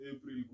April